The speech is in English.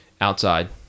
outside